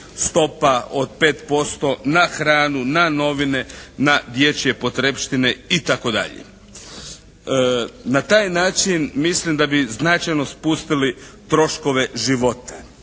Na taj način mislim da bi značajno spustili troškove života.